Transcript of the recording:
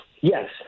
Yes